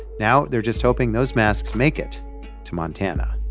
now they're just hoping those masks make it to montana